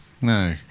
No